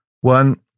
One